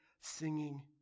singing